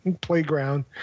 playground